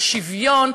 השוויון,